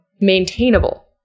maintainable